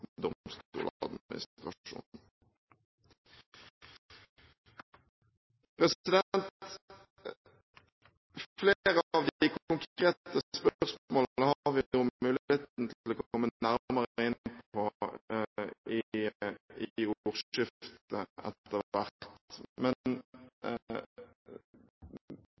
Domstoladministrasjonen. Flere av de konkrete spørsmålene har vi jo muligheten til å komme nærmere inn på i ordskiftet etter hvert, men det